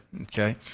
okay